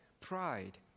Pride